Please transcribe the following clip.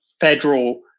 federal